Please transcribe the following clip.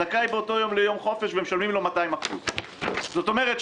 זכאי באותו יום לחופש ומשלמים לו 200%. זאת אומרת,